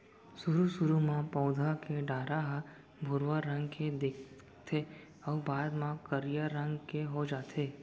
सुरू सुरू म पउधा के डारा ह भुरवा रंग के दिखथे अउ बाद म करिया रंग के हो जाथे